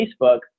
Facebook